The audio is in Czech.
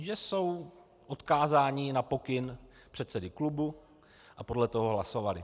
Že jsou odkázáni na pokyn předsedy klubu a podle toho hlasovali.